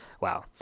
Wow